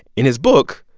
in his book,